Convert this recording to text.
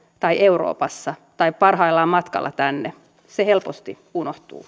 tai euroopassa tai parhaillaan matkalla tänne se helposti unohtuu